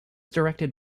directed